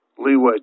leeway